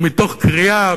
ומתוך קריאה